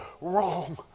wrong